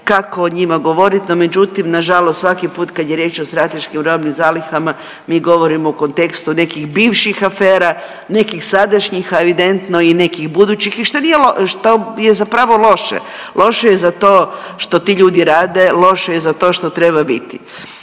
kako o njima govoriti, no međutim nažalost svaki put kad je riječ o strateškim robnim zalihama mi govorimo u kontekstu nekih bivših afera, nekih sadašnjih evidentno i nekih budući i što nije, što je zapravo loše. Loše je za to što ti ljudi rade, loše je za to što treba biti.